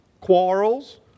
quarrels